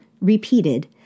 repeated